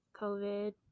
COVID